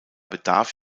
bedarf